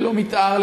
ללא מתאר,